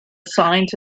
signs